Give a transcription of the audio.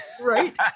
Right